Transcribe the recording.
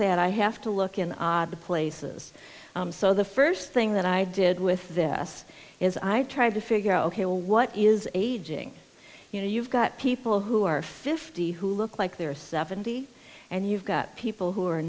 that i have to look in odd places so the first thing that i did with this is i tried to figure out ok well what is aging you know you've got people who are fifty who look like they're seventy and you've got people who are